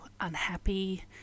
unhappy